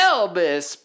Elvis